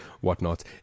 whatnot